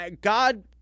god